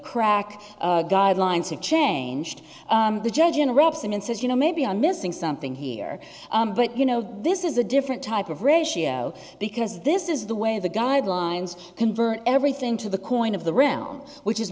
crack guidelines have changed the judge in robson and says you know maybe i'm missing something here but you know this is a different type of ratio because this is the way the guidelines convert everything to the coin of the round which is